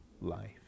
life